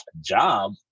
job